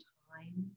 time